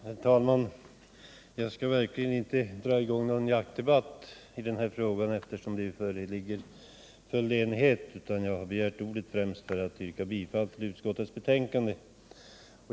Herr talman! Jag skall verkligen inte dra i gång någon jaktdebatt i denna fråga, eftersom det råder full enighet, utan jag har begärt ordet främst för att yrka bifall till utskottets betänkande.